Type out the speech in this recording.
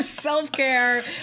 self-care